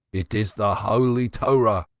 it is the holy torah.